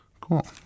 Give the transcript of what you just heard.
Cool